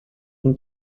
und